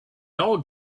all